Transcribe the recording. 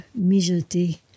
mijoter